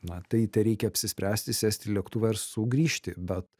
na tai tereikia apsispręsti sėsti į lėktuvą ir sugrįžti bet